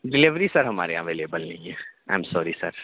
delivery sir ہمارے یہاں ایولیول نہیں ہے آئی ایم سوری سر